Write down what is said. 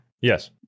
Yes